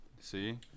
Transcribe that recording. See